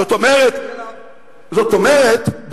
זאת אומרת,